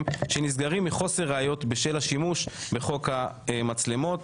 שנסגרים מחוסר ראיות בשל השימוש בחוק המצלמות.